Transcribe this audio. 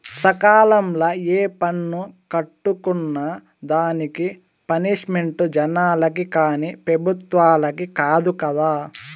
సకాలంల ఏ పన్ను కట్టుకున్నా దానికి పనిష్మెంటు జనాలకి కానీ పెబుత్వలకి కాదు కదా